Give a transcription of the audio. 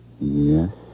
Yes